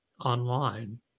online